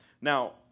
Now